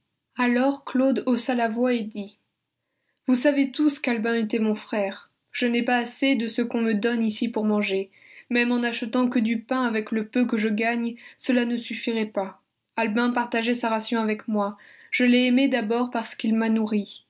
alors claude haussa la voix et dit vous savez tous qu'albin était mon frère je n'ai pas assez de ce qu'on me donne ici pour manger même en n'achetant que du pain avec le peu que je gagne cela ne suffirait pas albin partageait sa ration avec moi je l'ai aimé d'abord parce qu'il m'a nourri